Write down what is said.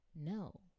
No